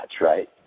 Right